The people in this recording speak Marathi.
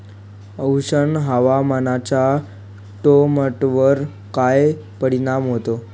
उष्ण हवामानाचा टोमॅटोवर काय परिणाम होतो?